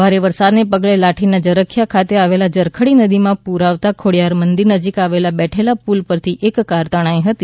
ભારે વરસાદને પગલે લાઠીના જરખીયા ખાતે આવેલ જરખડી નદીમાં પૂરમાં આવતા ખોડિયાર મંદિર નજીક આવેલા બેઠલા પુલ પરથી એક કાર તણાઇ હતી